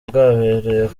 bwabereye